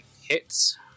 hits